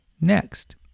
next